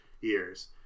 years